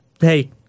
hey